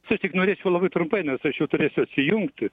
čia tik norėčiau labai trumpai nes aš jau turėsiu atsijungti